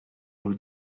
nous